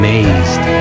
Amazed